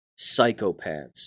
psychopaths